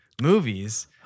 movies